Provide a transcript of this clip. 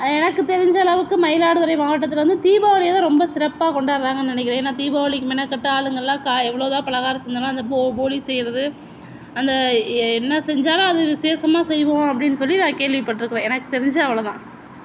எனக்கு தெரிஞ்ச அளவுக்கு மயிலாடுதுறை மாவட்டத்தில் வந்து தீபாவளியை தான் ரொம்ப சிறப்பாக கொண்டாடுறாங்கன்னு நினைக்கிறேன் ஏன்னால் தீபாவளிக்கு மெனக்கட்டு ஆளுங்க எல்லாம் எவ்வளோ தான் பலகாரம் செஞ்சாலும் அந்த போ போளி செய்கிறது அந்த என்ன செஞ்சாலும் அது விசேஷமாக செய்வோம் அப்படினு சொல்லி நான் கேள்விப்பட்டிருக்குறேன் எனக்கு தெரிஞ்சு அவ்வளோ தான்